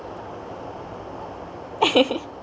okay